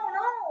no